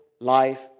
life